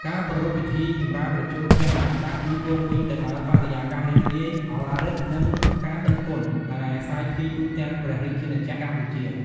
ការប្រារព្ធពិធីបុណ្យចម្រើនព្រះជន្មព្រះមហាក្សត្រ គឺពោរពេញទៅដោយ បរិយាកាសរីករាយ ឱឡារិក និងការដឹងគុណ ដែលសាយភាយទូទាំងព្រះរាជាណាចក្រកម្ពុជា។